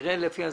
נראה לפי הזמן.